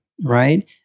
right